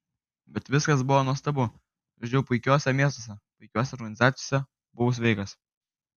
bet viskas buvo nuostabu žaidžiau puikiuose miestuose puikiose organizacijose buvau sveikas